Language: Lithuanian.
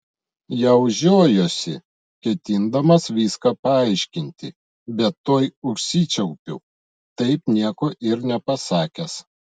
jau žiojuosi ketindamas viską paaiškinti bet tuoj užsičiaupiu taip nieko ir nepasakęs